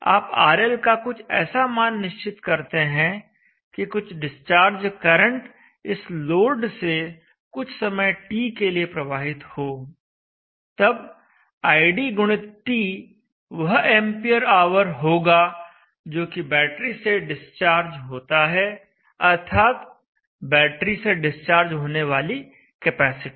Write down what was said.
आप RL का कुछ ऐसा मान निश्चित करते हैं कि कुछ डिस्चार्ज करंट इस लोड से कुछ समय t के लिए प्रवाहित हो तब id गुणित t वह एंपियर आवर होगा जो कि बैटरी से डिस्चार्ज होता है अर्थात बैटरी से डिस्चार्ज होने वाली कैपेसिटी